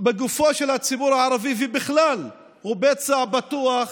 בגופו של הציבור הערבי, ובכלל הוא פצע פתוח